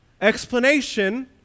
explanation